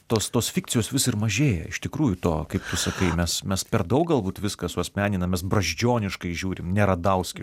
tos tos fikcijos vis ir mažėja iš tikrųjų to kaip tu sakai mes mes per daug galbūt viską suasmeninam mes brazdžioniškai žiūrim ne radauskiškai